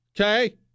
Okay